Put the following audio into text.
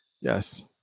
Yes